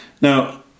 Now